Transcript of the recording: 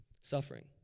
suffering